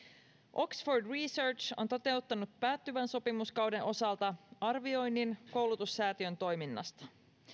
oxford research on toteuttanut päättyvän sopimuskauden osalta arvioinnin koulutussäätiön toiminnasta